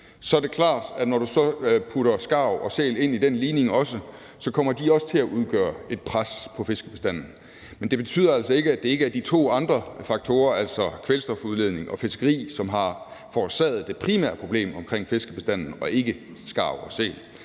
så er det klart, at når du så også putter skarv og sæl ind i den ligning, kommer de også til at udgøre et pres på fiskebestanden. Men det betyder altså ikke, at det ikke er de to andre faktorer, altså kvælstofudledning og fiskeri, som har forårsaget det primære problem omkring fiskebestanden, og ikke skarv og sæl.